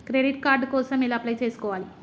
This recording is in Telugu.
క్రెడిట్ కార్డ్ కోసం ఎలా అప్లై చేసుకోవాలి?